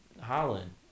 Holland